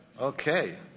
Okay